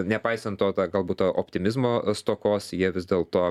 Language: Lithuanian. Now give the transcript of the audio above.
nepaisant to ta galbūt to optimizmo stokos jie vis dėlto